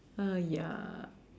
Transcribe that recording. uh ya